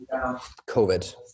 COVID